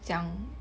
讲